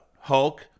Hulk